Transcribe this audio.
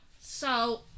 So-